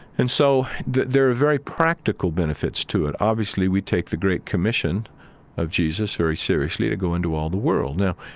and so, there are very practical benefits to it. obviously, we take the great commission of jesus very seriously to go into all the world now,